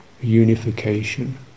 unification